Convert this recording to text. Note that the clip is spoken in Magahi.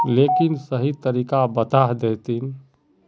लेकिन सही तरीका बता देतहिन?